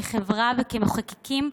כחברה וכמחוקקים,